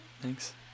Thanks